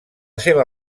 seva